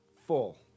full